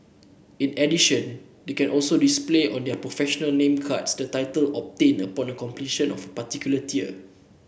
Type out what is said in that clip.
in addition they can also display on their professional name cards the title obtained upon completion of particular tier